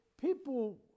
people